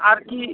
আর কী